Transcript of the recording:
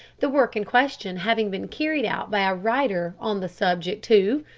the work in question having been carried out by a writer on the subject who,